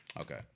Okay